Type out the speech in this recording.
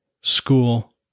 school